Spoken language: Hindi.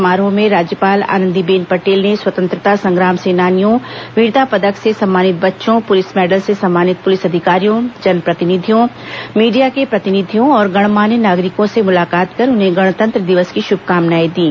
समारोह में राज्यपाल आनंदीबेन पटेल ने स्वतंत्रता संग्राम सेनानियों वीरता पदक से सम्मानित बच्चों पुलिस मेडल से सम्मानित पुलिस अधिकारियों जनप्रतिनिधियों मीडिया के प्रतिनिधियों और गणमान्य नागरिकों से मुलाकात कर उन्हें गणतंत्र दिवस की शुभकामनाएं दीं